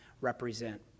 represent